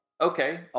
Okay